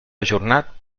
ajornat